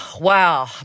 wow